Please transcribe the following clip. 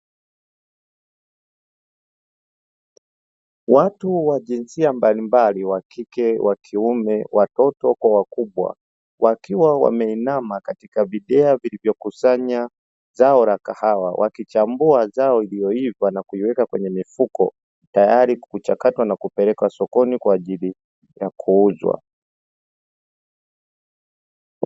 Watu wa jinsia mbalimbali wa kike wa kiume, watoto kwa wakubwa wakiwa wameinama katika vibehewa vilivyo kusanya zao la kahawa, wakichambua zao lililoiva na kuweka kwenye mifuko tayari kwa kuchakatwa na kupelekwa sokoni kwa ajili ya kuuzwa.